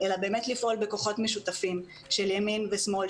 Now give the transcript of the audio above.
אלא באמת לפעול בכוחות משותפים של ימין ושמאל,